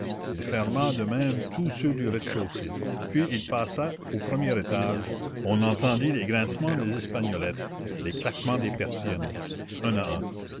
il ferma de même tous ceux du rez-de-chaussée puis il passa au premier étage on entendit les grincements des espagnolettes les claquements des persiennes un à un